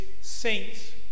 saints